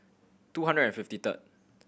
two hundred and fifty third